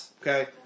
Okay